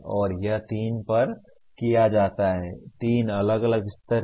और यह तीन पर किया जाता है तीन अलग अलग स्तर हैं